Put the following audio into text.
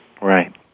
Right